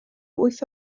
wyth